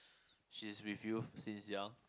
she's with you since young